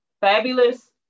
Fabulous